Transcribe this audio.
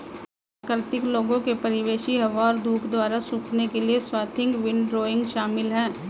प्राकृतिक लोगों के परिवेशी हवा और धूप द्वारा सूखने के लिए स्वाथिंग विंडरोइंग शामिल है